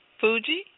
Fuji